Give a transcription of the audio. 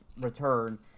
return